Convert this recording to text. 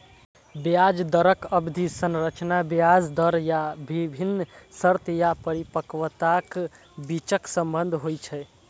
ब्याज दरक अवधि संरचना ब्याज दर आ विभिन्न शर्त या परिपक्वताक बीचक संबंध होइ छै